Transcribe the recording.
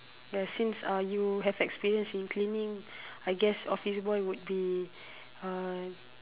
ya since uh you have experience in cleaning I guess office boy would be uh